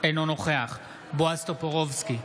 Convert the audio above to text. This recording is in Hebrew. אינו נוכח בועז טופורובסקי,